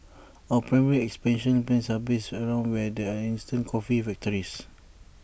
our primary expansion plans are based around where there are instant coffee factories